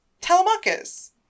Telemachus